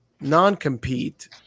non-compete